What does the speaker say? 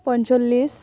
পঞ্চল্লিছ